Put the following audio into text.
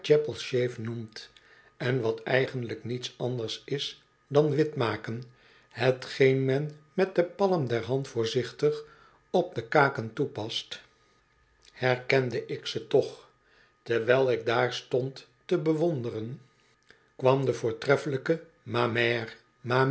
noemt en wat eigenlijkniets anders is dan witmaken hetgeen men met de palm deihand voorzichtig op de kaken toepast herkende ik ze toch terwijl ik daar stond te bewonderen kwam de voortreffelijke